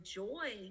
joy